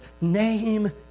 name